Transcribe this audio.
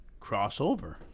Crossover